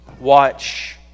Watch